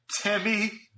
Timmy